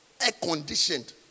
air-conditioned